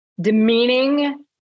demeaning